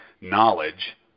knowledge